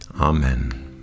Amen